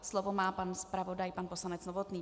Slovo má pan zpravodaj poslanec Novotný.